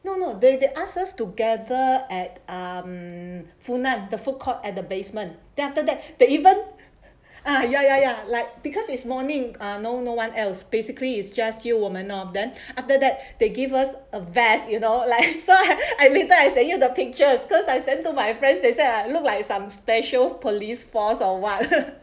no no they they ask us to gather at um funan the food court at the basement then after that they even ah ya ya ya like because it's morning ah no no one else basically it's just you 我们 lor then after that they give us a vest you know like I admit that I send you the picture because I send to my friends they that look like some special police force or what